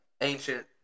ancient